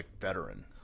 veteran